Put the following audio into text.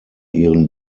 ihren